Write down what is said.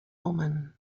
omen